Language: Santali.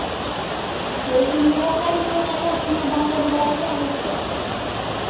ᱦᱳᱭ ᱤᱧᱦᱚᱸ ᱚᱱᱟᱜᱮᱧ ᱢᱮᱱᱮᱫ ᱛᱟᱦᱮᱱ ᱯᱷᱳᱱ ᱦᱚᱸ ᱵᱟᱢ ᱯᱷᱳᱱ ᱵᱟᱲᱟᱭᱮᱜᱼᱟ ᱦᱮᱸ ᱥᱮ